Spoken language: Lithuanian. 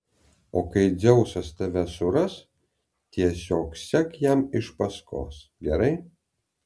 o kai dzeusas tave suras tiesiog sek jam iš paskos gerai